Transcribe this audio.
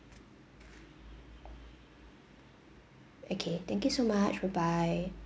okay thank you so much bye bye